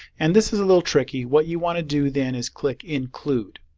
and this is a little tricky what you want to do then is click include.